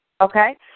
Okay